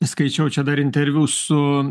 skaičiau čia dar interviu su